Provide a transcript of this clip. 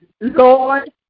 Lord